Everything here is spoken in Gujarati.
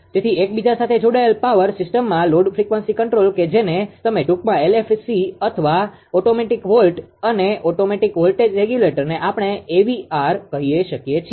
તેથી એકબીજા સાથે જોડાયેલ પાવર સિસ્ટમમાં લોડ ફ્રીક્વન્સી કંટ્રોલ કે જેને તમે ટૂકમાં LFC અથવા ઓટોમેટીક વોલ્ટ અને ઓટોમેટીક વોલ્ટેજ રેગ્યુલેટરને આપણે AVR કહી શકીએ છીએ